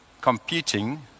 computing